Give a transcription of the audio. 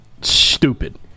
stupid